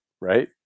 right